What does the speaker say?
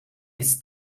ist